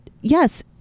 yes